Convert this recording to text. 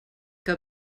que